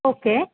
okay